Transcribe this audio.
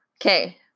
Okay